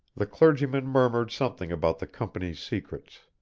the clergyman murmured something about the company's secrets.